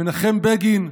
מנחם בגין,